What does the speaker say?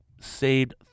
saved